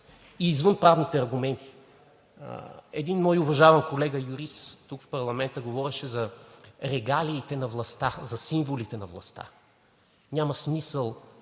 и извън правните аргументи. Един мой уважаван колега юрист тук, в парламента, говореше за регалиите на властта, за символите на властта. Няма смисъл